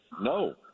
no